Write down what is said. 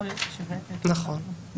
נכון.